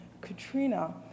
Katrina